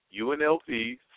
UNLV